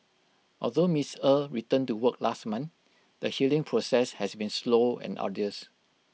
although miss er returned to work last month the healing process has been slow and arduous